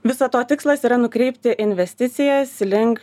viso to tikslas yra nukreipti investicijas link